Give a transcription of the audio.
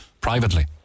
privately